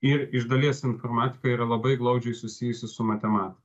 ir iš dalies informatika yra labai glaudžiai susijusi su matematika